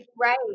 Right